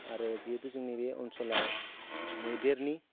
आरो जिहेतु जोंनि बे ओनसोलाव मैदेरनि